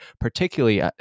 particularly